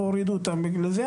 והורידו אותם בגלל זה,